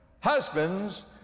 Husbands